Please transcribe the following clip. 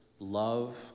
love